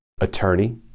attorney